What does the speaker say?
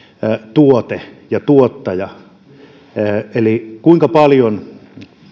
tuote ja tuottaja kuinka paljon